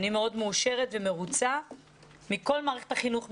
אני מאוד מאושרת ומרוצה מכל מערכת החינוך,